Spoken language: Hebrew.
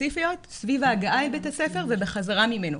הספציפיות סביב ההגעה לבית הספר ובחזרה ממנו.